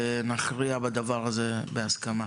ונכריע בדבר הזה בהסכמה.